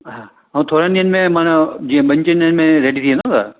हा ऐं थोरनि ॾींहंनि में माना जीअं ॿिनि टिनि ॾींहंनि में रेडी थी वेंदव दादा